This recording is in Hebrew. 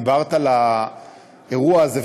דיברת על האירוע הזה,